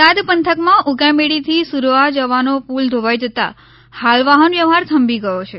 બોટાદ પંથકમાં ઉગામેડી થી સુરવા જવાનો પુલ ધોવાઈ જતાં હાલ વહનવ્યવહાર થંભી ગયો છે